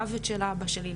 מוות של אבא שלי,